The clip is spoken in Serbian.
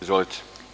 Izvolite.